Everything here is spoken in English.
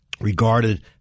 regarded